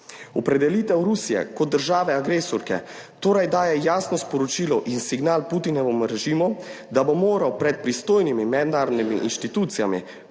Opredelitev Rusije kot države agresorke torej daje jasno sporočilo in signal Putinovemu režimu, da bo moral pred pristojnimi mednarodnimi inštitucijami